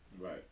Right